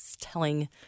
telling